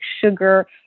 sugar